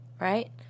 right